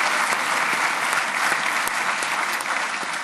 (מחיאות כפיים)